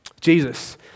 Jesus